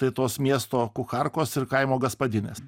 tai tos miesto kucharkos ir kaimo gaspadinės